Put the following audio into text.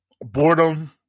boredom